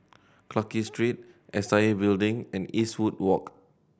Clarke Street S I A Building and Eastwood Walk